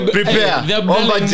prepare